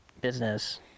business